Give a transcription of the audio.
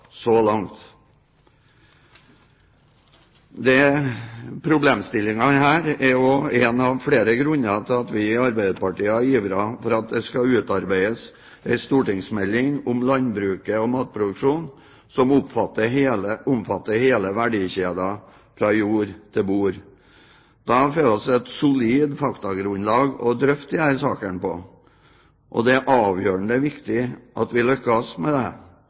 er en av flere grunner til at vi i Arbeiderpartiet har ivret for at det skal utarbeides en stortingsmelding om landbruket og matproduksjonen som omfatter hele verdikjeden fra jord til bord. Da får vi et solid faktagrunnlag å drøfte disse sakene på. Det er avgjørende viktig at vi lykkes med det.